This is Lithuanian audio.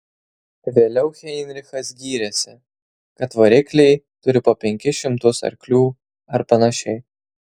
vėliau heinrichas gyrėsi kad varikliai turi po penkis šimtus arklių ar panašiai